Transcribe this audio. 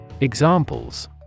Examples